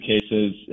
cases